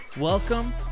Welcome